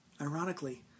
Ironically